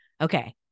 Okay